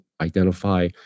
identify